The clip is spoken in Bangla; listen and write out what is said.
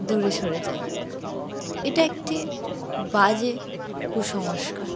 দূরে সরে যায় এটা একটি বাজে কুসংস্কার